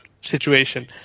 Situation